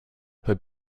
her